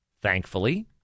thankfully